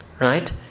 Right